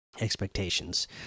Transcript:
expectations